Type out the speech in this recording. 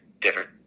different